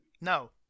No